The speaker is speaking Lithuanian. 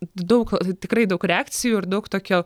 daug tikrai daug reakcijų ir daug tokio